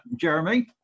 Jeremy